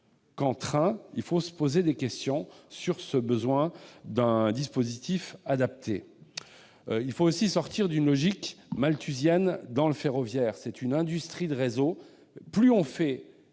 qu'en train, il faut s'interroger sur ce besoin d'un dispositif adapté. Il faut aussi sortir d'une logique malthusienne dans le transport ferroviaire, qui est une industrie de réseau. Plus on fait